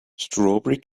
strawberry